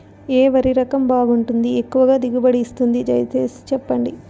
ఏ వరి రకం బాగుంటుంది, ఎక్కువగా దిగుబడి ఇస్తుంది దయసేసి చెప్పండి?